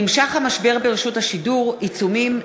המשבר ברשות השידור נמשך: עיצומים,